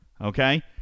Okay